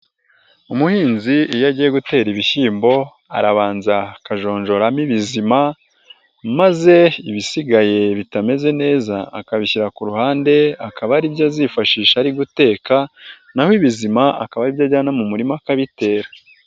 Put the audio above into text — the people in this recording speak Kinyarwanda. Umuhinzi iyo agiye gutera ibishyimbo ,rabanza akajonjoramo ibizima, maze ibisigaye bitameze neza akabishyira ku ruhande akaba aribyo azifashisha ari guteka, naho ibizima akaba aribyo ajyana mu murima akabitera.